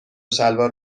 شلوار